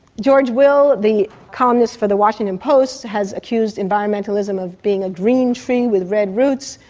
george will, the columnist for the washington post, has accused environmentalism of being a dream tree with red roots.